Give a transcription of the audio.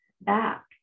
back